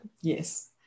Yes